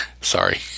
Sorry